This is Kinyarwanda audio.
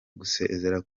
gusezera